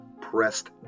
pressed